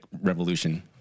revolution